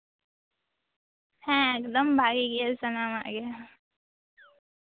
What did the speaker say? ᱦᱮᱸ ᱮᱠᱫᱚᱢ ᱵᱷᱟᱹᱜᱤ ᱜᱮᱭᱟ ᱥᱟᱱᱟᱢᱟᱜ ᱜᱮ